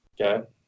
Okay